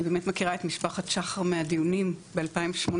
אני באמת מכירה את משפחת שחר מהדיונים ב-2018,